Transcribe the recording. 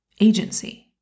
agency